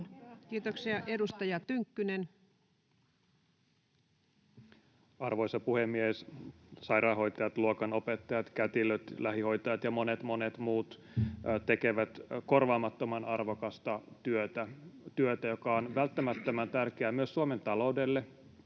Time: 14:27 Content: Arvoisa puhemies! Sairaanhoitajat, luokanopettajat, kätilöt, lähihoitajat ja monet, monet muut tekevät korvaamattoman arvokasta työtä, joka on välttämättömän tärkeää myös Suomen taloudelle,